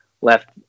left